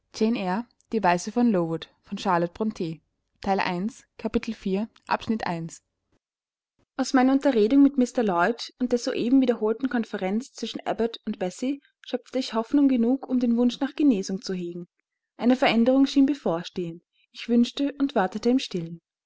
aus meiner unterredung mit mr lloyd und der soeben wiederholten konferenz zwischen abbot und bessie schöpfte ich hoffnung genug um den wunsch nach genesung zu hegen eine veränderung schien bevorstehend ich wünschte und wartete im stillen